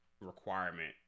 requirement